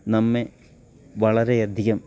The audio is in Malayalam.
നമ്മെ വളരെയധികം